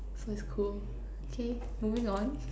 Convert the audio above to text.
so is cool K moving on